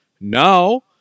now